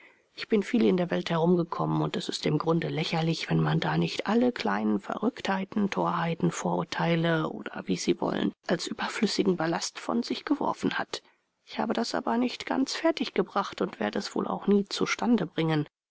ich bin viel in der welt herumgekommen und es ist im grunde lächerlich wenn man da nicht alle kleinen verrücktheiten torheiten vorurteile oder wie sie wollen als überflüssigen ballast von sich geworfen hat ich habe das aber nicht ganz fertiggebracht und werde es wohl auch nie zustande bringen